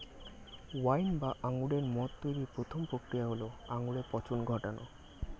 wine বা আঙুরের মদ তৈরির প্রথম প্রক্রিয়া হল আঙুরে পচন ঘটানো